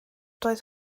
doedd